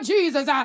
Jesus